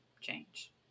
Change